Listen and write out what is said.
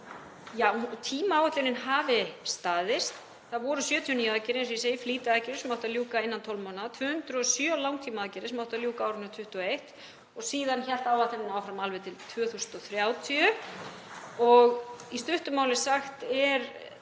að tímaáætlunin hafi staðist. Það voru 79 aðgerðir, eins og ég segi, flýtiaðgerðir sem átti að ljúka innan 12 mánaða, 207 langtímaaðgerðir sem átti að ljúka á árinu 2021 og síðan hélt áætlunin áfram alveg til 2030. Í stuttu máli sagt er